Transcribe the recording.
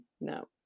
No